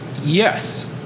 Yes